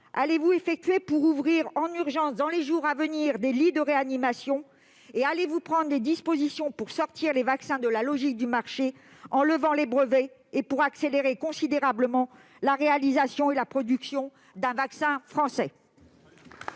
allez-vous effectuer pour ouvrir en urgence, dans les jours à venir, des lits de réanimation ? Allez-vous prendre des dispositions pour sortir les vaccins de la logique du marché, en levant les brevets, et pour accélérer considérablement la réalisation et la production d'un vaccin français ?